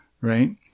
right